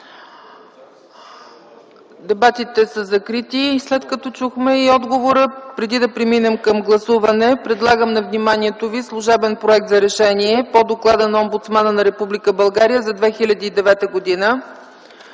Дебатите са закрити, след като чухме и отговора. Преди да преминем към гласуване, предлагам на вниманието ви служебен Проект за решение по Доклада на омбудсмана на Република България за 2009 г.: